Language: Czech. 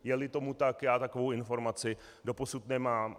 Jeli tomu tak, já takovou informaci doposud nemám.